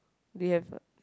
they have a